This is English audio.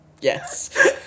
Yes